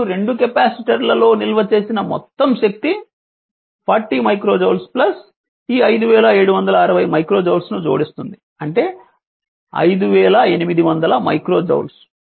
ఇప్పుడు రెండు కెపాసిటర్ల లో నిల్వ చేసిన మొత్తం శక్తి 40 మైక్రో జౌల్స్ 5760 మైక్రో జౌల్స్ ను జోడిస్తుంది అంటే 5800 మైక్రో జౌల్స్